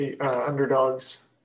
underdogs